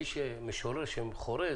משורר שחורז,